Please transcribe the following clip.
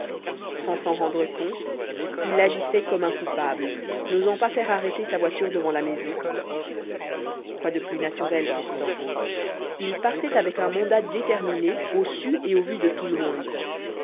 sans s'en rendre compte il agissait comme un coupable n'osant pas faire arrêter sa voiture devant la maison quoi de plus naturel pourtant il partait avec un mandat déterminé au su et au vu de tout le monde